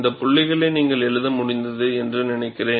இந்த புள்ளிகளை நீங்கள் எழுத முடிந்தது என்று நினைக்கிறேன்